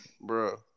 Bro